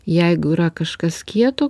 jeigu yra kažkas kieto